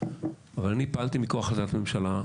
אבל אני פעלתי מכוח החלטת ממשלה,